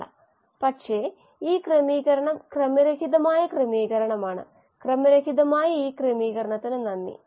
അതുപോലെ വളർച്ചയെ പരിമിതപ്പെടുത്തുന്ന മീഡയത്തിലെ സബ്സ്ട്രേറ്റ്നെ നമുക്ക് ലിമിറ്റിങ് സബ്സ്ട്രേറ്റ് എന്ന് വിളികാം